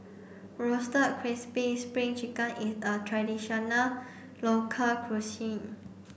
roasted crispy spring chicken is a traditional local cuisine